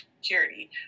security